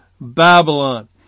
Babylon